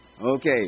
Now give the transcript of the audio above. Okay